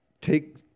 take